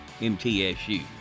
MTSU